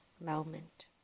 moment